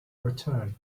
return